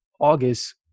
August